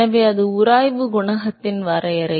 எனவே அது உராய்வு குணகத்தின் வரையறை